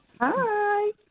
Hi